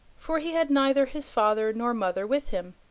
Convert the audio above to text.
for he had neither his father nor mother with him,